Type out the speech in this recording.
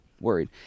worried